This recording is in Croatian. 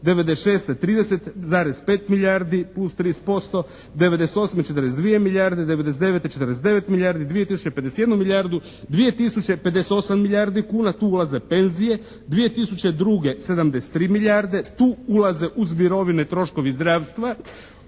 '96. 30,5 milijardi plus 30%, '98. 42 milijarde, '99. 49 milijardi, 2000. 51 milijardu, 2000. 58. milijardi kuna, tu ulaze penzije, 2002. 73 milijarde, tu ulaze uz mirovine troškovi zdravstva,